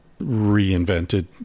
reinvented